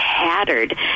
tattered